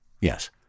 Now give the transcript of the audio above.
Yes